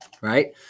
Right